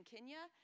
Kenya